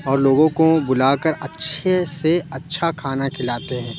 اور لوگوں کو بُلا کر اچھے سے اچھا کھانا کھلاتے ہیں